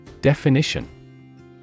Definition